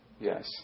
yes